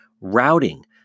routing